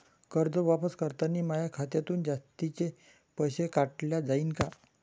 कर्ज वापस करतांनी माया खात्यातून जास्तीचे पैसे काटल्या जाईन का?